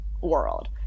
world